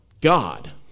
God